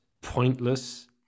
pointless